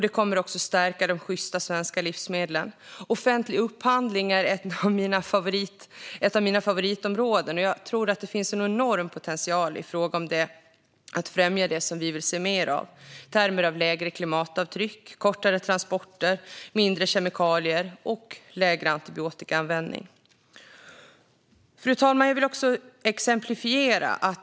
Det kommer också att stärka de sjysta svenska livsmedlen. Offentlig upphandling är ett av mina favoritområden, och jag tror att det finns en enorm potential i fråga om att främja det som vi vill se mer av i termer av lägre klimatavtryck, kortare transporter, mindre kemikalier och lägre antibiotikaanvändning. Fru talman! Jag vill också exemplifiera.